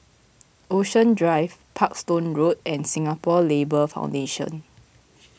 Ocean Drive Parkstone Road and Singapore Labour Foundation